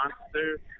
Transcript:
Monster